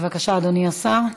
בבקשה, אדוני השר.